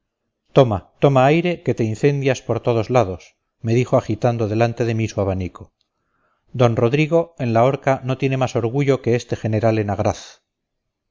toma toma aire que te incendias por todos lados me dijo agitando delante de mí su abanico don rodrigo en la horca no tiene más orgullo que este general en agraz